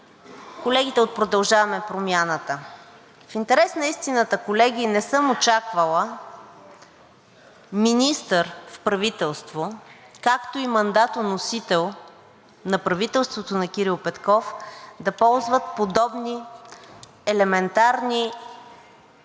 колегите от „Продължаваме Промяната“. В интерес на истината, колеги, не съм очаквала министър в правителство, както и мандатоносител на правителството на Кирил Петков, да ползват подобни елементарни изказвания,